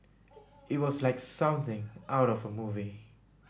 it was like something out of a movie